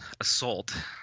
assault